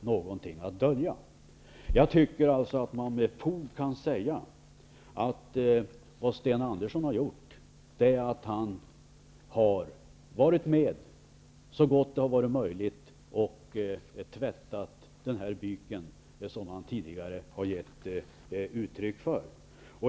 Jag anser alltså att man med fog kan säga att det som Sten Andersson har gjort är att vara med, så gott det har varit möjligt, och tvättat byken, vilket han tidigare har gett uttryck för.